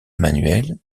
emmanuel